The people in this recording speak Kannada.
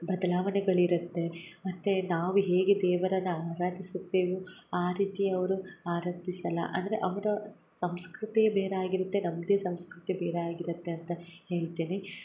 ಬದಲಾವಣೆಗಳಿರುತ್ತೆ ಮತ್ತು ನಾವು ಹೇಗೆ ದೇವರನ್ನು ಆರಾಧೀಸುತ್ತೇವೆಯೊ ಆ ರೀತಿ ಅವರು ಆರಾಧಿಸಲ್ಲ ಅಂದರೆ ಅವರ ಸಂಸ್ಕೃತಿ ಬೇರೆ ಆಗಿರುತ್ತೆ ನಮ್ಮದೇ ಸಂಸ್ಕೃತಿ ಬೇರೆ ಆಗಿರುತ್ತೆ ಅಂತ ಹೇಳ್ತೇನೆ